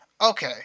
Okay